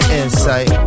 insight